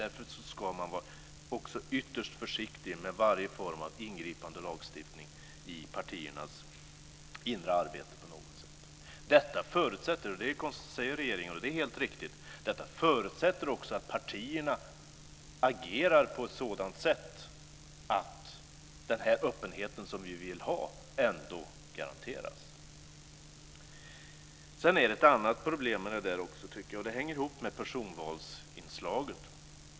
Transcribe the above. Därför ska man också vara ytterst försiktig med varje form av ingripande lagstiftning i partiernas inre arbete. Detta förutsätter - det säger regeringen och är helt riktigt - att partierna agerar på ett sådant sätt att den här öppenheten som vi vill ha garanteras. Sedan finns det ett annat problem här, och det hänger ihop med personvalsinslaget.